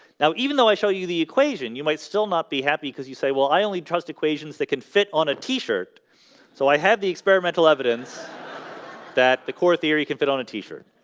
now even though. i show you the equation you might still not be happy because you say well i only trust equations that can fit on a t-shirt so i had the experimental evidence that the core theory can fit on a t-shirt.